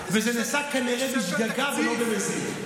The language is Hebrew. וזה נעשה כנראה בשגגה ולא במזיד.